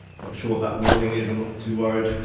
quite sure what that warning is, i'm not too worried.